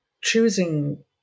choosing